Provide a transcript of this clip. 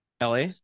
LA